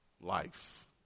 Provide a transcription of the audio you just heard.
Life